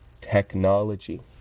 technology